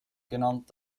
genannt